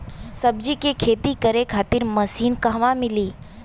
सब्जी के खेती करे खातिर मशीन कहवा मिली?